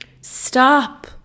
stop